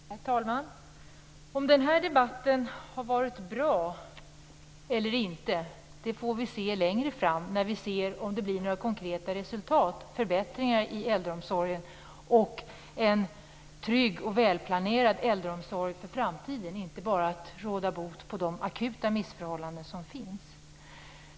Herr talman! Om den här debatten har varit bra eller inte får vi veta längre fram, när vi ser om det blir några konkreta resultat och förbättringar i äldreomsorgen, en trygg och välplanerad äldreomsorg för framtiden, så att man inte bara råder bot på de akuta missförhållanden som finns.